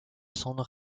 semble